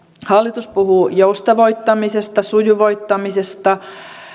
hallitus puhuu joustavoittamisesta ja sujuvoittamisesta